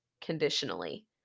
conditionally